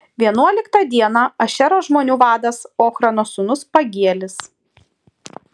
vienuoliktą dieną ašero žmonių vadas ochrano sūnus pagielis